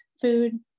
food